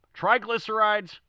triglycerides